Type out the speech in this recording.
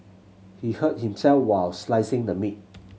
he hurt himself while slicing the meat